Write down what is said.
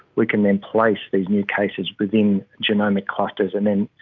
we can then place the new cases within genomic clusters and then,